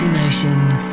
Emotions